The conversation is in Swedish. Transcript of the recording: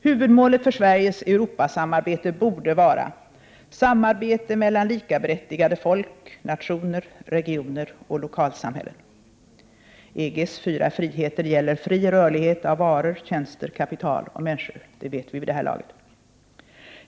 Huvudmålet för Sveriges Europasamarbete borde vara: Samarbete mellan likaberättigade folk, nationer, regioner och lokalsamhällen. EG:s fyra friheter gäller fri rörlighet av varor, tjänster, kapital och människor.